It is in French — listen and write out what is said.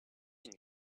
une